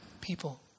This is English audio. People